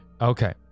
Okay